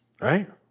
right